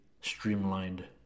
streamlined